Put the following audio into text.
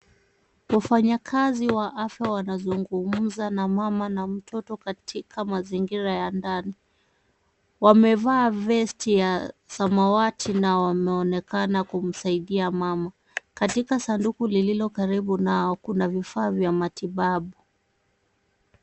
Wafanyakazi wa afya wanazungumza na mama na mtoto katika mazingira ya ndani. Wamevaa vesti ya samawati na wanaonekana kumsaidia mama. Katika sanduku lililo karibu nao, kuna vifaa vya matibabu.